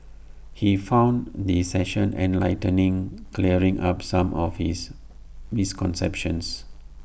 he found the session enlightening clearing up some of his misconceptions